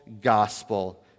Gospel